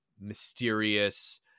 mysterious